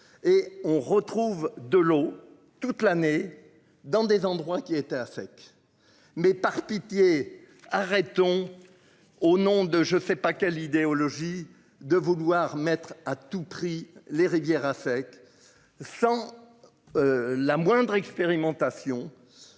et on retrouve de l'eau toute l'année dans des endroits qui étaient à sec. Mais par pitié arrêtons. Au nom de je sais pas quelle idéologie de vouloir mettre à tout prix les rivières à sec. Sans. La moindre expérimentations.